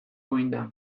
uhina